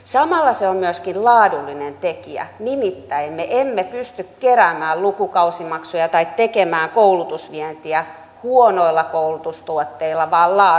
samalla se on myöskin laadullinen tekijä nimittäin me emme pysty keräämään lukukausimaksuja tai tekemään koulutusvientiä huonoilla koulutustuotteilla vaan laadukkailla